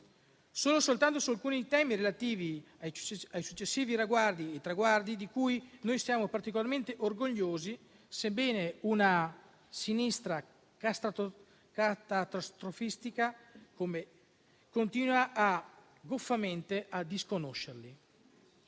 sono solo alcuni temi relativi ai traguardi di cui siamo particolarmente orgogliosi, sebbene una sinistra catastrofista continui goffamente a disconoscerli.